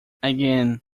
again